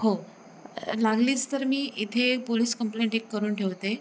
हो लागलीच तर मी इथे एक पोलीस कम्प्लेन्ट एक करून ठेवते